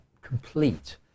complete